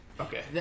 Okay